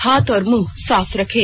हाथ और मुंह साफ रखें